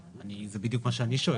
זה בדיוק מה שאני שואל.